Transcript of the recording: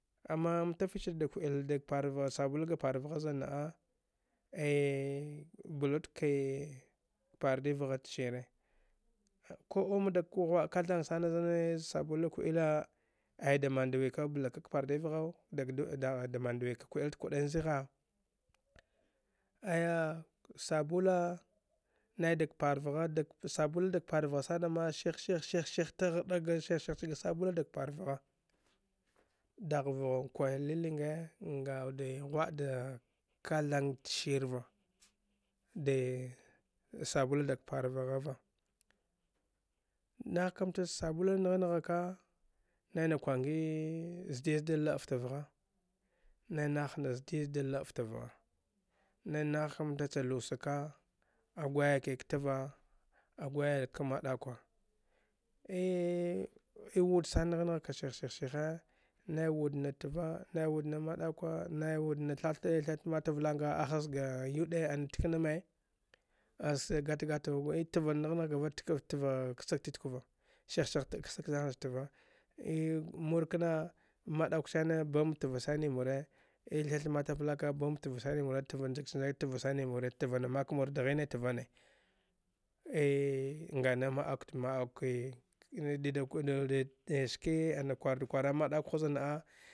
Ama mta fich da ku’ il dag pan gha sabula ga parvgha zan na’a ei bla wud kee pardi vgha da shire kuomo dag ku ghwaa kathan sana zee sabula ku’ile ay da man da wi kau bla ka ka pardi vghau da man dawika ku’il da kuɗan zigha aya sabula nai dag par vgha dag sabula dag parvgha san ma shiih shiih-shih-shih ta ghaɗa ga par vgha dagh vgha nkwe lilinge nga wude ghwaa da kathan ta hsirva de sabula dag par vgha va nah kamta cha sabula ngha nghaka nai na kwangi zadizda laei fta vgha nai nah na zadizda la’ei fta vgha nai nah kamta cha lusaka a gwaya ka tva a hwayaki kamaɗa kwa wud sana ngha nghaka shih-shih-shihe nai wud na tva nai wud na maɗa kwa nai wud na tha thi thath matavi anng ahaz ga yuɗe ana tak namay aske gata gatau e tva na nghngh kafa tva kasag titkwa va shih-shihhta ksag cha nah na cha tva ei mur kna mavakwa sane bam tva sani mure tva njag chane tva sane mure tvan mak mur daghine tvane ei nga na ma akwa da ma’akwa kee de ski kwar da kwara mavakw ha zanna’a